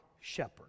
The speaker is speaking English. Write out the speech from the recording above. shepherd